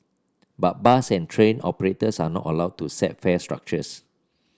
but bus and train operators are not allowed to set fare structures